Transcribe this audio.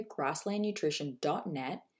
grasslandnutrition.net